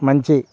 మంచి